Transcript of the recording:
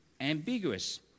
ambiguous